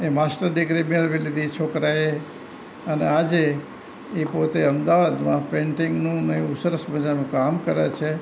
એ master degree મેળવી લીધી એ છોકરાએ અને આજે એ પોતે અમદાવાદમાં પેઇન્ટિંગનું ને એવું સરસ મજાનું કામ કરે છે